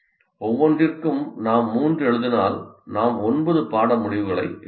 ஒவ்வொன்றிற்கும் நாம் மூன்று எழுதினால் நாம் ஒன்பது பாட முடிவுகளை எழுதுகிறோம்